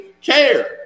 care